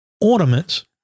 ornaments